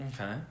Okay